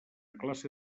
classe